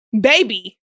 baby